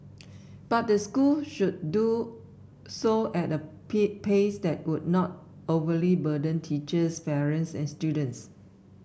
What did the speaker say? but the school should do so at a pace that would not overly burden teachers parents and students